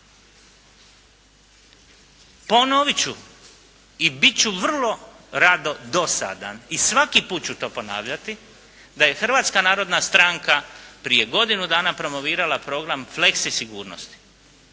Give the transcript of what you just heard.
Ponoviti ću i biti ću vrlo rado dosadan i svaki put ću to ponavljati da je Hrvatska narodna stranka prije godinu dana promovirala program fleksi sigurnosti